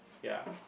ya